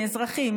מאזרחים,